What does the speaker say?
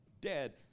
dead